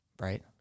Right